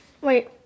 Wait